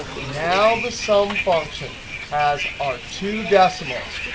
now the sum function has our two decimals.